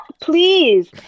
Please